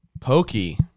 Pokey